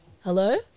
hello